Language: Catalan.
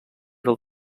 del